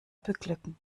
beglücken